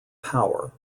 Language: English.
power